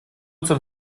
zum